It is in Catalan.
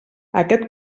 aquest